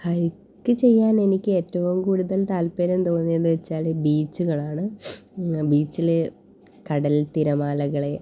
hike ചെയ്യാൻ എനിക്ക് ഏറ്റവും കൂടുതൽ താല്പര്യം തോന്നിയതെന്ന് വെച്ചാൽ ബീച്ചുകളാണ് ബീച്ചിൽ കടൽ തിരമാലകളെ